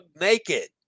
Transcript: naked